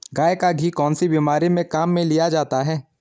गाय का घी कौनसी बीमारी में काम में लिया जाता है?